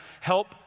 help